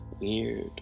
weird